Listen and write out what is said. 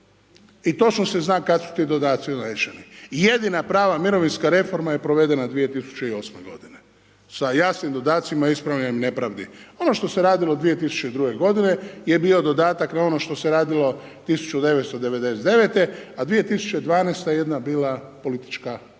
i točno se zna kad su ti dodaci uvećani, jedina prava mirovinska reforma je provedena 2008. godine, sa jasnim dodacima, ispravljanjem nepravdi. Ono što se radilo 2002. godine, je bio dodatak na ono što se radio 1999., a 2012. jedna je bila politička šminka